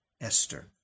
Esther